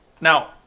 now